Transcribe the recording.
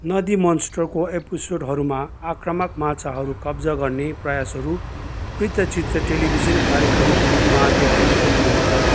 नदी मोन्स्टरको एपिसोडहरूमा आक्रामक माछाहरू कब्जा गर्ने प्रयासहरू वृत्तचित्र टेलिभिजन कार्यक्रममा देखाइएको थियो